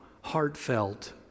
heartfelt